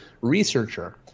researcher